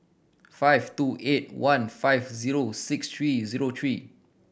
five two eight one five zero six three zero three